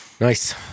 nice